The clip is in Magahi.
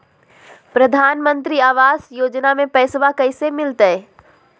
प्रधानमंत्री आवास योजना में पैसबा कैसे मिलते?